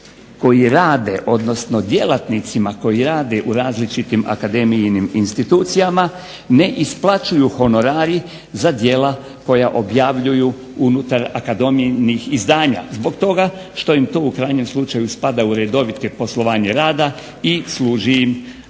članovima odnosno djelatnicima koji rade u različitim akademijinim institucijama ne isplaćuju honorari za djela koja objavljuju unutar akademijinih izdanja, zbog toga što im to u krajnjem slučaju spada u redovito poslovanje rada i služi im za